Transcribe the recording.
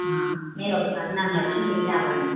మీరు ఒకసారి నన్నువచ్చి మీట్ అవ్వండి